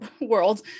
world